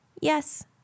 Yes